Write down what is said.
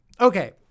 okay